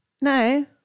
No